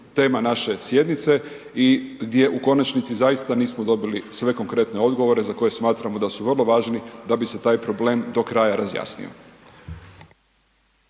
tema naše sjednice i gdje u konačnici zaista nismo dobili sve konkretne odgovore za koje smatramo da su vrlo važni da bi se taj problem do kraja razjasnio.